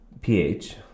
pH